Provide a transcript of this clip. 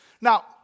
Now